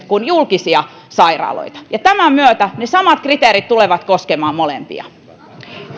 kuin julkisia sairaaloita ja tämän myötä ne samat kriteerit tulevat koskemaan molempia